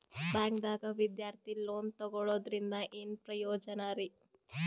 ಬ್ಯಾಂಕ್ದಾಗ ವಿದ್ಯಾರ್ಥಿ ಲೋನ್ ತೊಗೊಳದ್ರಿಂದ ಏನ್ ಪ್ರಯೋಜನ ರಿ?